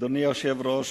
אדוני היושב-ראש,